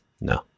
no